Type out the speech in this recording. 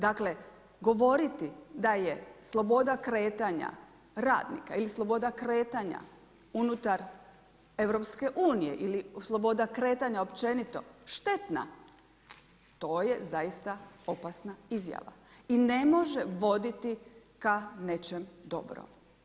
Dakle govoriti da je sloboda kretanja radnika ili sloboda kretanja unutar EU, ili sloboda kretanja općenito štetna to je zaista opasna izjava i ne može voditi ka nečem dobrom.